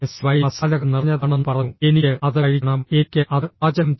Y മസാലകൾ നിറഞ്ഞതാണെന്ന് പറഞ്ഞു എനിക്ക് അത് കഴിക്കണം എനിക്ക് അത് പാചകം ചെയ്യണം